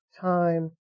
time